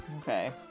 Okay